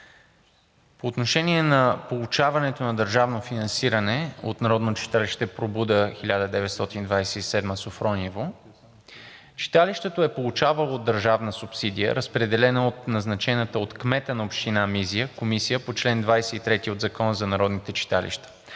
По отношение получаването на държавно финансиране от Народно читалище „Пробуда – 1927“ – Софрониево, читалището е получавало държавна субсидия, разпределена от назначената от кмета на община Мизия комисия по чл. 23 от Закона за народните читалища,